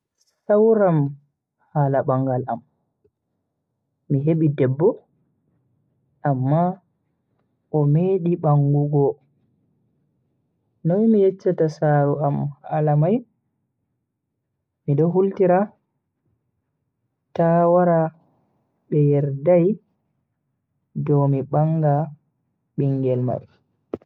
Sawram hala bangal am, mi hebi debbo amma o medi bangugo, noi mi yecchata saaro hala mai. Mido hultira ta wara dow be yerdai mi banga bingel mai.